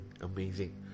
Amazing